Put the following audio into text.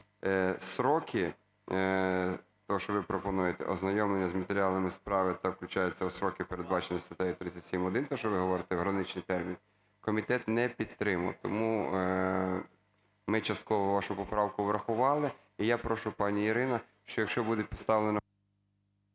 Строки, те, що ви пропонуєте, ознайомлення з матеріалами справи та включаються у строки, передбачені статтею 37-1, те, що ви говорите, в граничний термін, комітет не підтримує. Тому ми частково вашу поправку врахували. І я прошу, пані Ірина, що якщо буде представлена…